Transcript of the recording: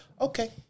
Okay